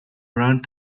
around